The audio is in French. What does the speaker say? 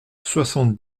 soixante